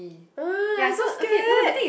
uh I so scared